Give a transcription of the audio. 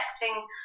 protecting